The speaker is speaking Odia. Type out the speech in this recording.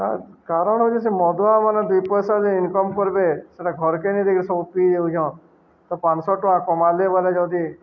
କାରଣ ହଉଚି ସେ ମଦୁଆମାନେ ଦୁଇ ପଇସା ଯେଦ ଇନକମ୍ କରିବେ ସେଇଟା ଘର କେେ ନେଇତିକି ସବୁ ପିଇ ଯଉଛନ୍ ତ ପାଁଶହ ଟଙ୍କା କମାଇଲେ ବଲେ ଯଦି